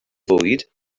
fwyd